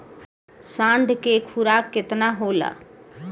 साढ़ के खुराक केतना होला?